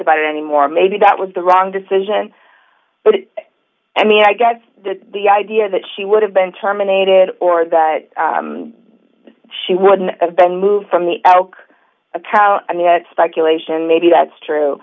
about it anymore maybe that was the wrong decision but i mean i guess the idea that she would have been terminated or that she wouldn't have been moved from the out a cow and yet speculation maybe that's true